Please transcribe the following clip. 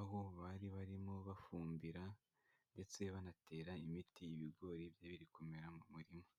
aho bari barimo bafumbira ndetse banatera imiti ibigori bigiye biri kumera mu murima.